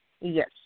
Yes